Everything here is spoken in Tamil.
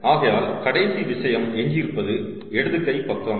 ஆகையால் கடைசி விஷயம் எஞ்சியிருப்பது இடது கை பக்கம்